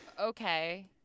Okay